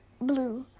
blue